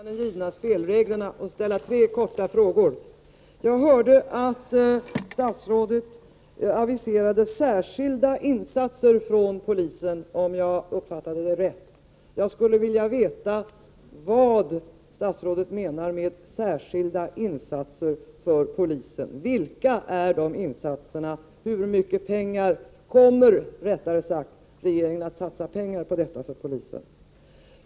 Herr talman! Jag skall försöka hålla mig till de av talmannen givna spelreglerna och ställa tre korta frågor. Jag hörde att statsrådet aviserade särskilda insatser från polisen, om jag uppfattade henne rätt. Jag skulle vilja veta vad statsrådet menar med särskilda insatser från polisen. Vilka är dessa insatser, eller rättare sagt, hur mycket pengar kommer regeringen att satsa på polisens insatser?